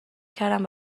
کردم